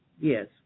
Yes